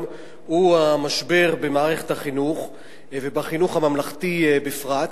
הוא המשבר במערכת החינוך ובחינוך הממלכתי בפרט,